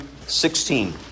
16